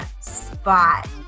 spot